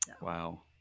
Wow